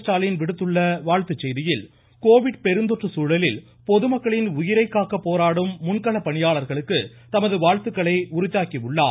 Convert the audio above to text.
ஸ்டாலின் விடுத்துள்ள வாழ்த்துச் செய்தியில் கோவிட் பெருந்தொற்று சூழலில் பொதுமக்களின் உயிரைக் காக்க போராடும் முன்களப் பணியாளர்களுக்கு தமது வாழ்த்துக்களை உரித்தாக்கியுள்ளார்